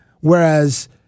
Whereas